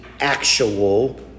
actual